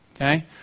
Okay